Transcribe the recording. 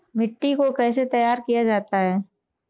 मिट्टी को कैसे तैयार किया जाता है?